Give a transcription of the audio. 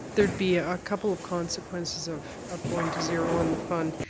there would be a couple of consequences of of going to zero on the fund.